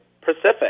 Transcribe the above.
Pacific